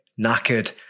knackered